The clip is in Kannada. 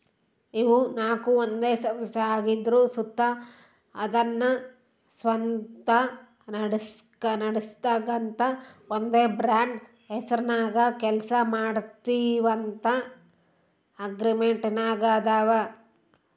ಇವು ನಾಕು ಒಂದೇ ಸಂಸ್ಥೆ ಆಗಿದ್ರು ಸುತ ಅದುನ್ನ ಸ್ವಂತ ನಡಿಸ್ಗಾಂತ ಒಂದೇ ಬ್ರಾಂಡ್ ಹೆಸರ್ನಾಗ ಕೆಲ್ಸ ಮಾಡ್ತೀವಂತ ಅಗ್ರಿಮೆಂಟಿನಾಗಾದವ